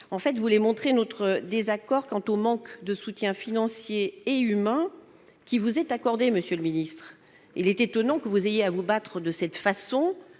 tendait à montrer notre désaccord quant au manque de soutien financier et humain qui vous est apporté, monsieur le ministre. Il est étonnant que vous deviez vous battre de cette façon